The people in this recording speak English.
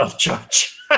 Judge